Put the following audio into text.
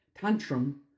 Tantrum